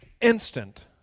instant